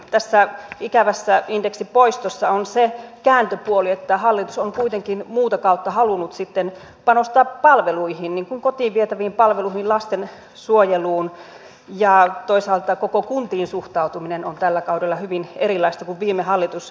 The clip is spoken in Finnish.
tässä ikävässä indeksin poistossa on se kääntöpuoli että hallitus on kuitenkin muuta kautta halunnut sitten panostaa palveluihin niin kuin kotiin vietäviin palveluihin lastensuojeluun ja toisaalta koko kuntiin suhtautuminen on tällä kaudella hyvin erilaista kuin viime hallituskaudella